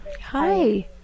Hi